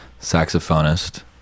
Saxophonist